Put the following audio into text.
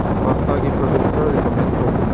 ꯄꯥꯁꯇꯥꯒꯤ product ꯈꯔ recommend ꯇꯧ